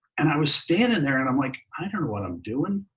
and i was standing there, and i'm like, i don't know what i'm doing.